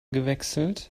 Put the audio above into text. gewechselt